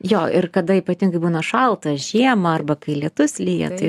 jo ir kada ypatingai būna šaltą žiemą arba kai lietus lyja tai